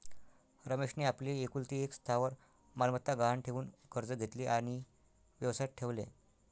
रमेशने आपली एकुलती एक स्थावर मालमत्ता गहाण ठेवून कर्ज घेतले आणि व्यवसायात ठेवले